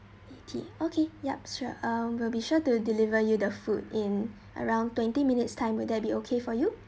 okay okay yup sure um we'll be sure to deliver you the food in around twenty minutes time will that be okay for you